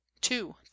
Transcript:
two